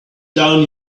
down